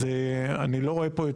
אז אני לא רואה פה,